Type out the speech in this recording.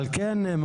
על כן,